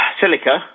silica